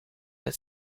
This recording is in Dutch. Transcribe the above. het